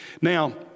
Now